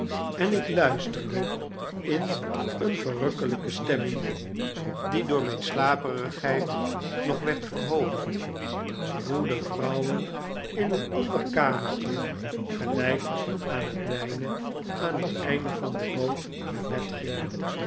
en ik luisterde in een verrukkelijke stemming die door mijn slaperigheid nog werd verhoogd hoe de vrouwen in een ander kamertje gelijk aan het mijne aan het eind van de boot naar bed gingen